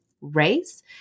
race